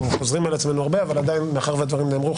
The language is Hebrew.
חוזרים על עצמנו הרבה אבל עדיין מאחר והדברים נאמרו,